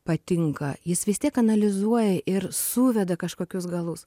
patinka jis vis tiek analizuoja ir suveda kažkokius galus